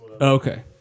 Okay